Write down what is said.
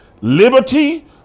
liberty